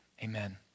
amen